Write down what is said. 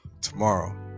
tomorrow